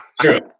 True